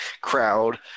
crowd